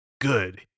good